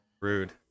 Rude